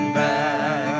back